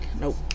nope